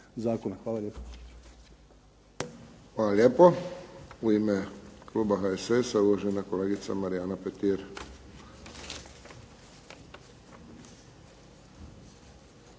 Josip (HSS)** Hvala lijepo. U ime kluba HSS-a, uvažena kolegica Marijana Petir.